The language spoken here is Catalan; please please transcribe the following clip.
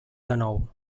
dènou